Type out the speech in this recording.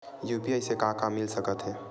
UPI से का मिल सकत हे?